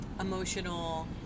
emotional